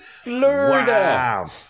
Florida